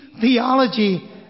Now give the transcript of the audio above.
theology